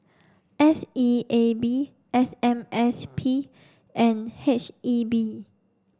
S E A B F M S P and H E B